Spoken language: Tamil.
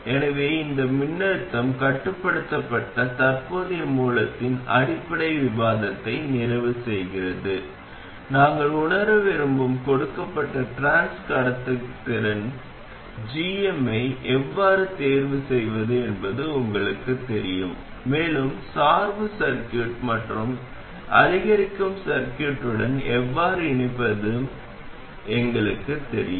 எனவே அது மின்னழுத்தம் கட்டுப்படுத்தப்பட்ட தற்போதைய மூலத்தின் அடிப்படை விவாதத்தை நிறைவு செய்கிறது நாங்கள் உணர விரும்பும் கொடுக்கப்பட்ட டிரான்ஸ் கடத்துகைக்கு gm ஐ எவ்வாறு தேர்வு செய்வது என்பது உங்களுக்குத் தெரியும் மேலும் சார்பு சர்கியூட் மற்றும் அதிகரிக்கும் சர்கியூட்டன் எவ்வாறு இணைப்பது என்பதும் எங்களுக்குத் தெரியும்